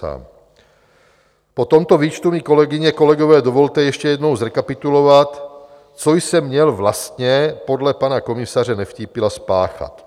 Po tomto výčtu mi, kolegyně, kolegové, dovolte ještě jednou zrekapitulovat, co jsem měl vlastně podle pana komisaře Nevtípila spáchat.